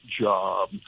job